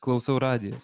klausau radijos